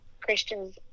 christians